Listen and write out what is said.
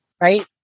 right